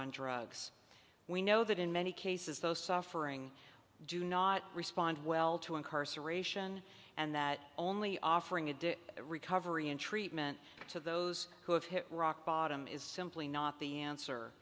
on drugs we know that in many cases those suffering do not respond well to incarceration and that only offering a dish recovery and treatment to those who have hit rock bottom is simply not the answer